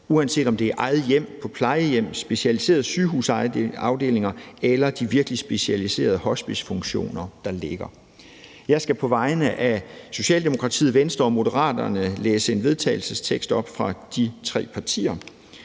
uanset om det er i eget hjem, på plejehjem, de specialiserede sygehusafdelinger eller de virkelig specialiserede hospicefunktioner. Jeg skal på vegne af Socialdemokratiet, Venstre og Moderaterne fremsætte følgende: Forslag til